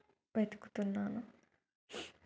వెతుకుతున్నాను